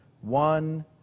one